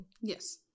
yes